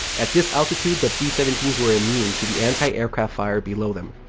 at this altitude, the b seventeen s were immune to the anti-aircraft fire below them.